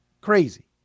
Crazy